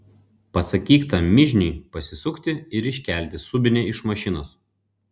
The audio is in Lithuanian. pasakyk tam mižniui pasisukti ir iškelti subinę iš mašinos